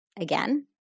again